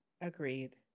Agreed